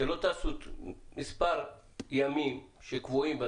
שלא טסו מספר ימים שקבועים,